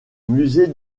musée